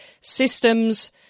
systems